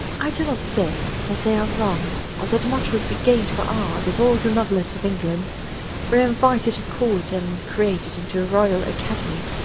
i do not say that they are wrong, or that much would be gained for art if all the novelists of england were invited to court and created into a royal academy.